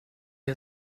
wir